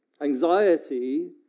Anxiety